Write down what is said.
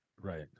Right